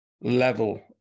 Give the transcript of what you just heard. level